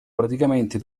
praticamente